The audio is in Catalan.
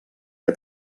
que